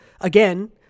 Again